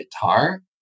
guitar